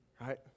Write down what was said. right